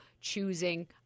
choosing